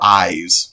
eyes